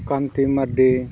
Sukanti Mardi